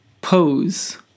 pose